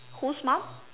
who's mom